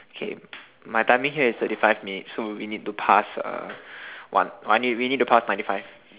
K my timing here is thirty five minutes so we need to pass uh one we we need to pass ninety five